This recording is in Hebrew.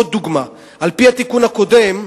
עוד דוגמה: על-פי התיקון הקודם,